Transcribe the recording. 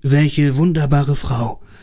welche wunderbare frau